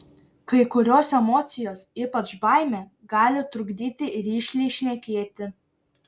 kai kurios emocijos ypač baimė gali trukdyti rišliai šnekėti